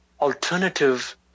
alternative